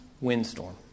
windstorm